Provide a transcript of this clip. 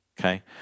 Okay